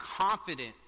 confident